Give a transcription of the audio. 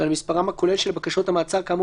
ועל מספרן הכולל של בקשות המעצר כאמור